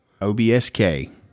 OBSK